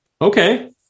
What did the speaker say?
Okay